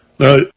Now